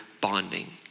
bonding